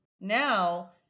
now